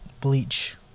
Bleach